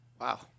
Wow